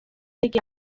debyg